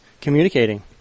communicating